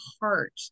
heart